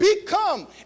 become